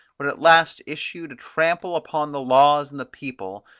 would at last issue to trample upon the laws and the people,